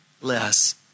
less